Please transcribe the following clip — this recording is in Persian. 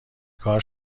کار